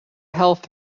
health